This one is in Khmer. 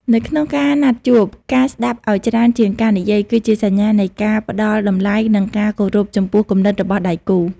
នៅក្នុងការណាត់ជួប ការស្ដាប់ឱ្យច្រើនជាងការនិយាយ គឺជាសញ្ញានៃការផ្ដល់តម្លៃ និងការគោរពចំពោះគំនិតរបស់ដៃគូ។